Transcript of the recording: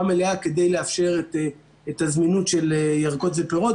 מלאה כדי לאפשר את הזמנות של ירקות ופירות.